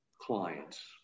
clients